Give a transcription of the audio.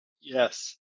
Yes